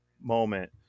moment